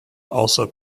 also